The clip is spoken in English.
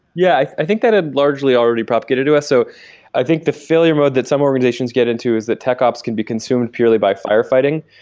yeah, i i think that had largely already propagated to us. so i think the failure mode that some organizations get into is that tech ops can be consumed purely by firefighting,